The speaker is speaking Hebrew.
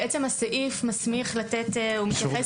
הסעיף מתייחס